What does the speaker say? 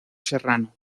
serrano